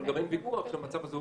אבל גם אין ויכוח שהמצב הזה,